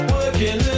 Working